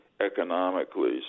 economically